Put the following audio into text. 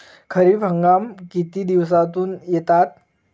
खरीप हंगाम किती दिवसातून येतात?